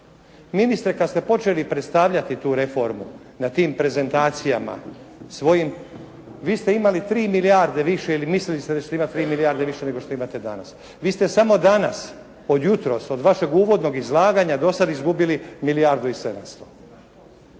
Ministre, kad ste počeli predstavljati tu reformu na tim prezentacijama svojim, vi ste imali 3 milijarde više ili mislili ste da ćete imati 3 milijarde više nego što imate danas. Vi ste samo danas od jutros, od vašeg uvodnog izlaganja do sad izgubili milijardu